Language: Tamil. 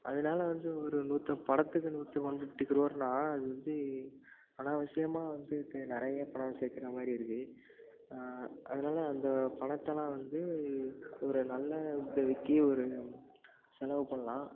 அதனால் வந்து ஒரு நூற்றம் படத்துக்கு நூற்றி ஒன் ஃபிஃப்டி க்ரோர்னால் அது வந்து பண விஷயமாக வந்து தெ நிறைய பணம் சேர்க்குற மாதிரி இருக்குது அதனால் அந்த பணத்தெலாம் வந்து ஒரு நல்ல உதவிக்கு ஒரு செலவு பண்ணலாம்